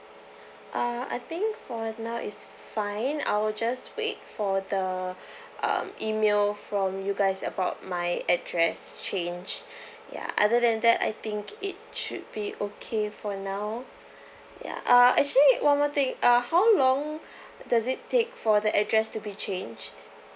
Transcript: uh I think for now is fine I will just wait for the um email from you guys about my address change ya other than that I think it should be okay for now ya uh actually one more thing uh how long does it take for the address to be changed